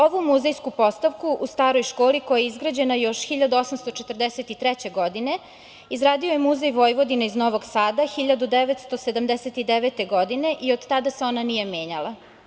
Ovu muzejsku postavku u staroj školi koja je izgrađena još 1843. godine izradio je Muzej Vojvodine iz Novog Sada 1979. godine i od tada se ona nije menjala.